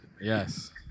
Yes